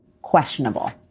questionable